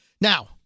Now